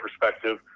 perspective